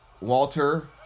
Walter